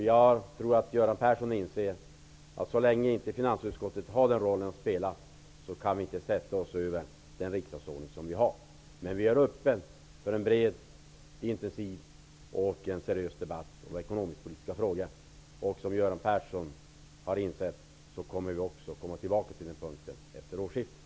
Jag tror att Göran Persson inser att så länge inte finansutskottet har den rollen kan vi inte sätta oss över riksdagsordningen. Men vi är öppna för en bred, intensiv och seriös debatt om ekonomiskpolitiska frågor. Som Göran Persson har insett så kommer vi att återkomma till den punkten efter årsskiftet.